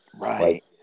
right